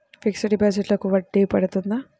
Fixed డిపాజిట్లకు వడ్డీ పడుతుందా?